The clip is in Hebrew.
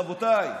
רבותיי.